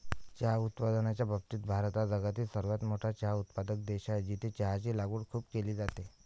चहा उत्पादनाच्या बाबतीत भारत हा जगातील सर्वात मोठा चहा उत्पादक देश आहे, जिथे चहाची लागवड खूप केली जाते